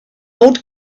old